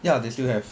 ya they still have